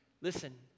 Listen